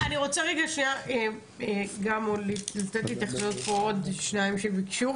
אני רוצה לתת עוד התייחסויות לשניים שביקשו.